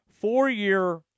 Four-year –